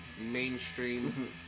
Mainstream